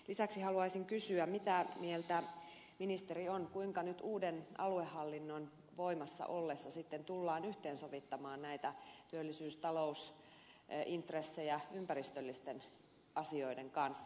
lisäksi haluaisin kysyä mitä mieltä ministeri on kuinka nyt uuden aluehallinnon voimassa ollessa sitten tullaan yhteensovittamaan näitä työllisyys talousintressejä ympäristöllisten asioiden kanssa